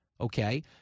Okay